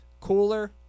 Cooler